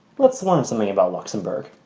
let's learn something about luxembourg!